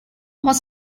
most